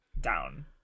down